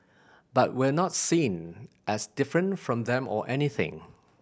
but we're not seen as different from them or anything